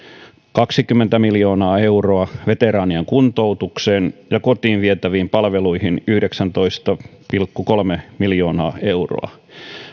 kahtakymmentä miljoonaa euroa veteraanien kuntoutukseen ja kotiin vietäviin palveluihin yhdeksäntoista pilkku kolme miljoonaa euroa